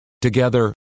Together